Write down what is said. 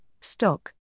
Stock